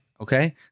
okay